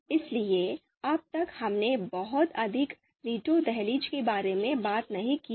इसलिए अब तक हमने बहुत अधिक वीटो दहलीज के बारे में बात नहीं की है